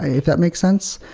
if that makes sense.